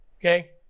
okay